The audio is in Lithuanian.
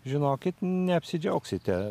žinokit neapsidžiaugsite